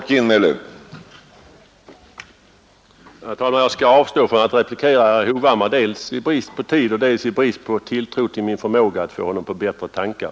Herr talman! Jag skall avstå från att replikera herr Hovhammar, dels i brist på tid och dels i brist på tilltro till min förmåga att få honom på bättre tankar.